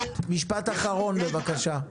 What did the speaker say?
משפט אחרון בבקשה.